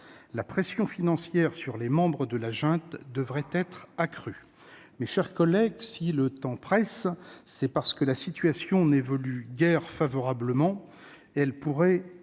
La pression financière sur les membres de la junte devrait être accrue. Mes chers collègues, le temps presse, car la situation n'évolue guère favorablement. Elle pourrait